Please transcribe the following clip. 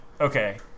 okay